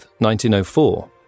1904